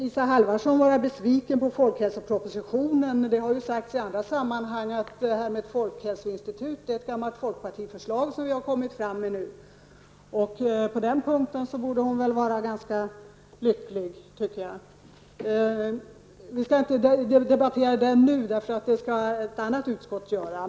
Isa Halvarsson må vara besviken på folkhälsopropositionen, men det har sagts i andra sammanhang att förslaget om folkhälsoinstitut är ett gammalt folkpartiförslag som vi nu har lagt fram. På den punkten tycker jag att hon borde vara ganska lycklig. Vi skall inte debattera detta nu, för det skall ett annat utskott göra.